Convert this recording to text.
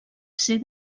ser